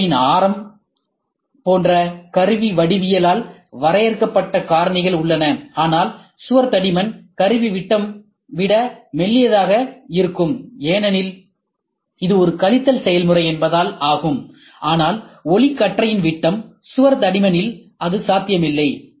உள் மூலையின் ஆரம் போன்ற கருவி வடிவவியலால் வரையறுக்கப்பட்ட காரணிகள் உள்ளன ஆனால் சுவர் தடிமன் கருவி விட்டம் விட மெல்லியதாக இருக்கும் ஏனெனில் இது ஒரு கழித்தல் செயல்முறை என்பதால் ஆகும் ஆனால் ஒளிக்கற்றை விட்டம்சுவர் தடிமனில் அது சாத்தியமில்லை